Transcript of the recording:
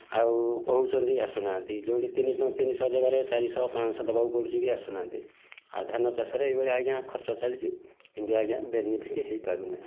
ଆଉ କହୁଛନ୍ତି ଆସୁନାହାନ୍ତି ଯେଉଁଠି ତିନିଶହ ଜାଗାରେ ଚାରିଶହ ପାଞ୍ଚଶହ ଦବାକୁ ପଡ଼ୁଛି ବି ଆସୁନାହାନ୍ତି ଆଉ ଧାନ ଚାଷରେ ଏଇ ଭଳିଆ ଆଜ୍ଞା ଖର୍ଚ୍ଚ ଚାଲିଛି କିନ୍ତୁ ଆଜ୍ଞା ବେନିଫିଟ୍ ହେଇପାରୁନି